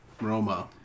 Roma